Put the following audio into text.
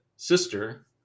sister